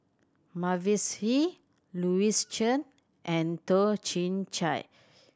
Mavis Hee Louis Chen and Toh Chin Chye